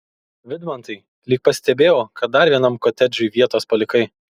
vidmantai lyg pastebėjau kad dar vienam kotedžui vietos palikai